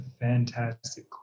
fantastic